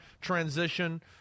transition